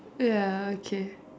ya okay